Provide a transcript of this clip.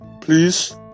please